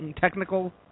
technical